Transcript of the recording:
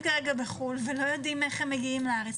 כרגע בחו"ל ולא יודעים איך הם מגיעים לארץ.